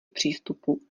přístupu